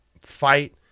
fight